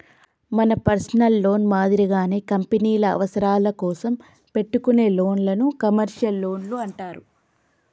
మన personal loan మాదిరిగానే కంపెనీల అవసరాల కోసం పెట్టుకునే లోన్లను కమర్షియల్ లోన్లు అంటారు